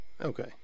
Okay